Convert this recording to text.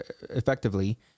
effectively